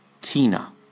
Tina